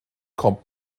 kommt